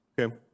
Okay